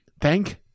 thank